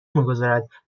میگذارد